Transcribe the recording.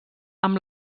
amb